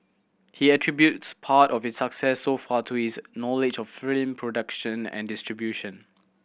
he attributes part of its success so far to his knowledge of film production and distribution